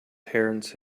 terence